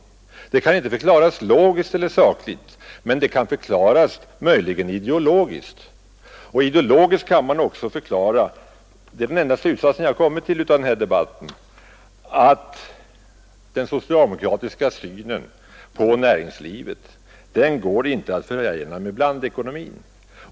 Ett sådant handlande kan inte förklaras logiskt eller sakligt, men det kan möjligen förklaras ideologiskt. Den enda slutsats jag kan dra av den här debatten är nämligen att den socialdemokratiska synen på näringslivet inte går att förena med blandekonomin.